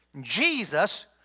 Jesus